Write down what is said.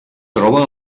troba